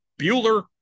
Bueller